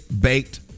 baked